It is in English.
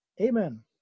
Amen